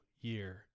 year